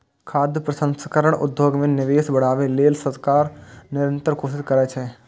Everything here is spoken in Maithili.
खाद्य प्रसंस्करण उद्योग मे निवेश बढ़ाबै लेल सरकार निरंतर कोशिश करै छै